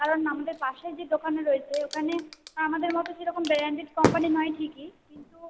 কারণ আমাদের পাশে যে দোকানে রয়েছে ওখানে আমাদের মতো সেরকম ব্র্যান্ডেড কোম্পানি নয় ঠিকই কিন্তু